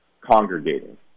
Congregating